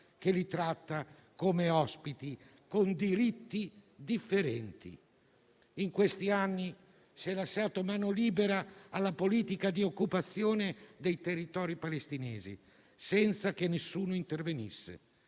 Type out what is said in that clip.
che li tratta come ospiti, con diritti differenti. In questi anni, si è lasciata mano libera alla politica di occupazione dei territori palestinesi, senza che nessuno intervenisse.